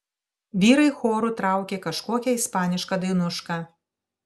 vyrai choru traukė kažkokią ispanišką dainušką